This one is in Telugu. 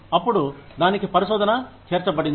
అప్పుడు దానికి పరిశోధన చేర్చబడింది